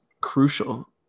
crucial